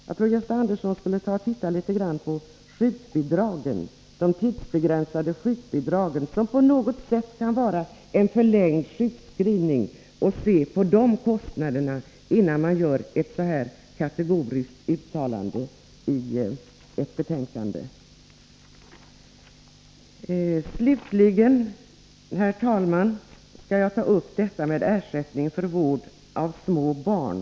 Jag tycker att man borde titta på kostnaderna för de tidsbegränsade sjukbidragen, som på något sätt kan vara en förlängd sjukskrivning, innan man gör ett så kategoriskt uttalande i ett betänkande, Gösta Andersson. Slutligen, herr talman, skall jag beröra frågan om ersättningen för vård av små barn.